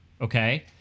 Okay